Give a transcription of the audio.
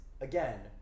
again